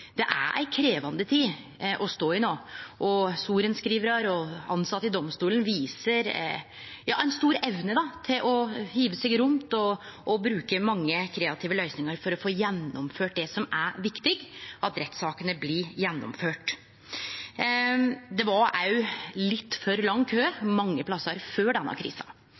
Det er ei krevjande tid å stå i no. Sorenskrivarar og tilsette i domstolen viser ei stor evne til å hive seg rundt og bruke mange kreative løysingar for å få gjennomført det som er viktig – at rettssakene blir gjennomførte. Det var også ein litt for lang kø mange plassar før denne krisa.